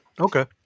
Okay